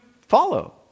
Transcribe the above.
follow